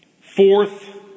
Fourth